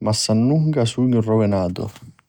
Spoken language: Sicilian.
masannunca sugnu ruvinatu.